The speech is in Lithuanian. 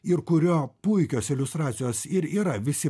ir kurio puikios iliustracijos ir yra visi